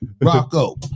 Rocco